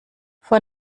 vor